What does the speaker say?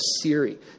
Siri